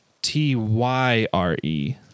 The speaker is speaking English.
T-Y-R-E